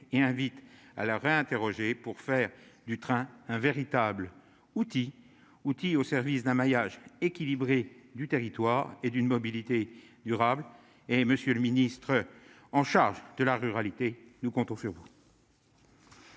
et invite à la réinterroger pour faire du train, un véritable outil outil au service d'un maillage équilibré du territoire et d'une mobilité durable et monsieur le ministre en charge de la ruralité nous comptons sur vous.